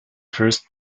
first